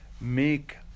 make